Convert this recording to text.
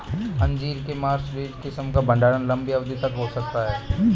अंजीर के मार्सलीज किस्म का भंडारण लंबी अवधि तक हो सकता है